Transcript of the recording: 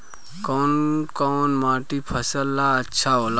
कौन कौनमाटी फसल ला अच्छा होला?